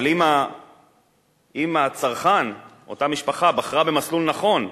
אבל אם הצרכן, אותה משפחה בחרה במסלול נכון,